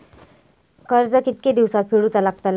कर्ज कितके दिवसात फेडूचा लागता?